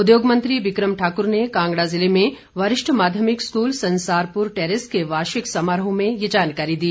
उद्योग मंत्री बिक्रम ठाक्र ने कांगड़ा जिले में वरिष्ठ माध्यमिक स्कूल संसारपुर टैरेस के वार्षिक समारोह में ये जानकारी दी